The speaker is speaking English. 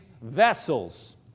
vessels